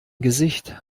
gesicht